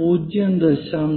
0